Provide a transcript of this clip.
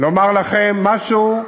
לומר לכם משהו,